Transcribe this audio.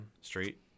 Street